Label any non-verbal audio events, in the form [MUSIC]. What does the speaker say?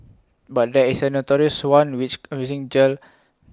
but there is A notorious one which [UNINTELLIGIBLE] gel